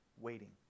waiting